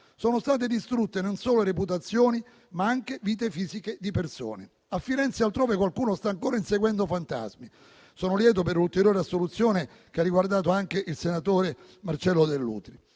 Sono state distrutte non solo reputazioni, ma anche vite fisiche di persone; a Firenze e altrove qualcuno sta ancora inseguendo fantasmi. Sono lieto anche per l'ulteriore assoluzione che ha riguardato il senatore Marcello Dell'Utri.